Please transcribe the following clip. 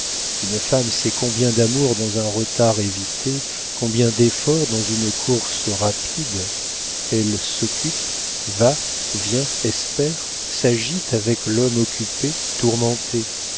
une femme sait combien d'amour dans un retard évité combien d'efforts dans une course rapide elle s'occupe va vient espère s'agite avec l'homme occupé tourmenté